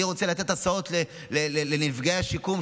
אני רוצה לתת הסעות לנפגעים בשיקום,